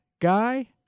guy